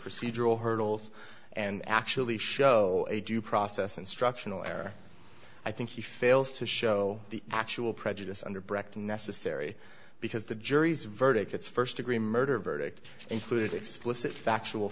procedural hurdles and actually show a due process instructional error i think he fails to show the actual prejudice under brecht necessary because the jury's verdict it's first degree murder verdict included explicit